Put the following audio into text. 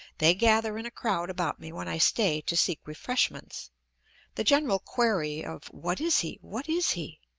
they gather in a crowd about me when i stay to seek refreshments the general query of what is he? what is he?